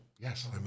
Yes